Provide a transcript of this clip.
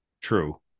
True